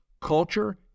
culture